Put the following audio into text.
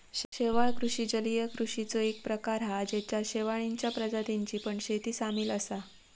शेवाळ कृषि जलीय कृषिचो एक प्रकार हा जेच्यात शेवाळींच्या प्रजातींची पण शेती सामील असा